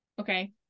Okay